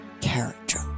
character